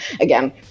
again